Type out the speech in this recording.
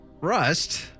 Rust